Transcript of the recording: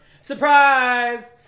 Surprise